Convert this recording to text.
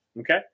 Okay